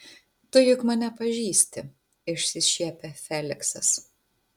tu juk mane pažįsti išsišiepia feliksas